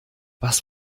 was